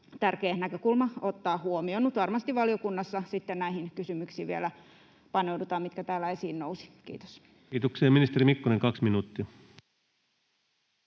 tärkeä näkökulma ottaa huomioon. Varmasti valiokunnassa vielä paneudutaan näihin kysymyksiin, mitkä täällä esiin nousivat. — Kiitos. Kiitoksia. — Ministeri Mikkonen, 2 minuuttia.